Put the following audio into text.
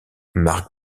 marc